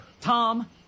Tom